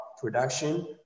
production